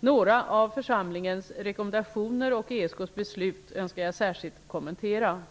Några av församlingens rekommendationer och ESK:s beslut önskar jag särskilt kommentera.